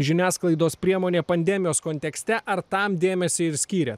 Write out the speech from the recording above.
žiniasklaidos priemonė pandemijos kontekste ar tam dėmesį ir skyrė